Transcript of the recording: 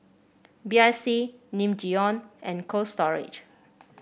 B I C Nin Jiom and Cold Storage